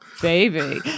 Baby